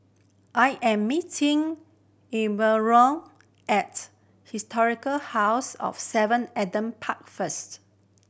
I am meeting Elenora at Historic House of Seven Adam Park first